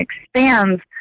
expands